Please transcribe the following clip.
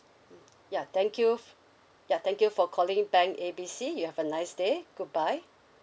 mm ya thank you ya thank you for calling bank A B C you have a nice day goodbye